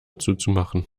zuzumachen